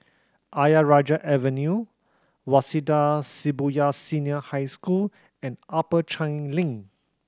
Ayer Rajah Avenue Waseda Shibuya Senior High School and Upper Changi Link